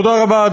תודה רבה.